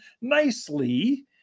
nicely